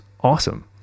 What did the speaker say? awesome